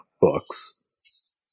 books